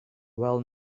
well